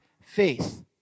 faith